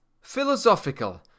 philosophical